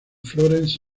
florence